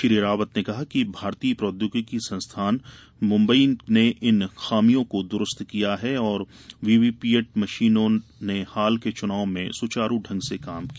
श्री रावत ने कहा कि भारतीय प्रौद्योगिकी संस्थान बम्बई ने इन खामियों को दुरुस्त किया और वीवीपीएटी मशीनों ने हाल के चुनाव में सुचारू ढंग से काम किया